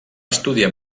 estudiar